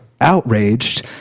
outraged